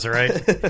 right